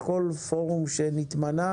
בתוך הנציגים של הציבור,